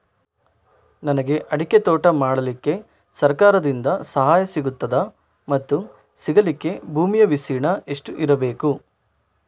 ನನಗೆ ಅಡಿಕೆ ತೋಟ ಮಾಡಲಿಕ್ಕೆ ಸರಕಾರದಿಂದ ಸಹಾಯ ಸಿಗುತ್ತದಾ ಮತ್ತು ಸಿಗಲಿಕ್ಕೆ ಭೂಮಿಯ ವಿಸ್ತೀರ್ಣ ಎಷ್ಟು ಇರಬೇಕು?